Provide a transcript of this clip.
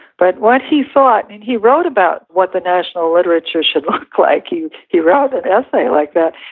but what he thought, and he wrote about what the national literature should look like. and he wrote an essay like that,